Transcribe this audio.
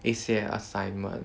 一些 assignment